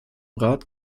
rat